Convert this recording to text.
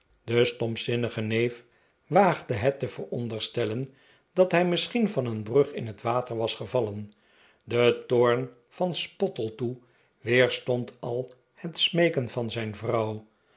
de stompzinnige neef waagde het te veronderstellen dat hij misschien van een brug in het water was gevallen de toorn van spottletoe weerstond al het smeeken van zijn vrouw